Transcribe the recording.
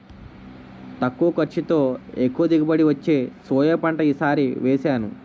తక్కువ ఖర్చుతో, ఎక్కువ దిగుబడి వచ్చే సోయా పంట ఈ సారి వేసాను